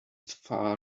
farm